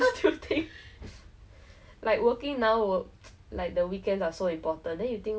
cause it's clear I can see what's below but I think being in the reservoir or being in the sea there's this fear lah